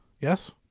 Yes